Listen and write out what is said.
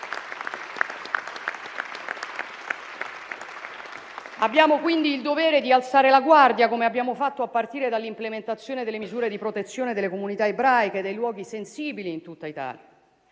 Abbiamo quindi il dovere di alzare la guardia, come abbiamo fatto a partire dall'implementazione delle misure di protezione delle comunità ebraiche e dei luoghi sensibili in tutta Italia